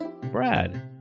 Brad